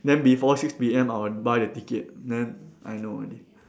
then before six P_M I will buy the ticket then I know already